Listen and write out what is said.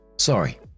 Sorry